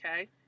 Okay